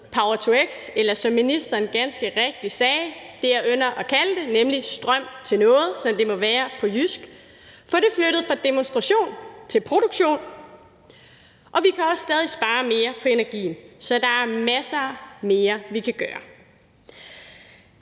power-to-x, eller som ministeren ganske rigtigt sagde, og som er det, jeg ynder at kalde det, nemlig strøm-til-noget, som det må være på jysk, og få det flyttet fra demonstration til produktion. Vi kan også stadig spare mere på energien, så der er en masse mere, vi kan gøre.